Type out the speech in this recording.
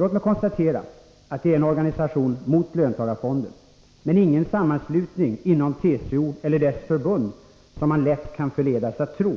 Låt mig konstatera att det är en organisation mot löntagarfonder men ingen sammanslutning inom TCO eller dess förbund, något som man lätt kan förledas att tro.